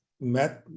met